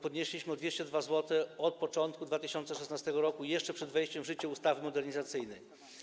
Podnieśliśmy je o 202 zł od początku 2016 r., jeszcze przed wejściem w życie ustawy modernizacyjnej.